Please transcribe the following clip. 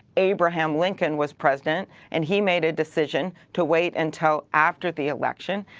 abraham lincoln was president and he made a decision to wait until after the election,